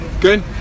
good